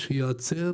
התשובה היא שאין תקציב.